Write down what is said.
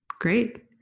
Great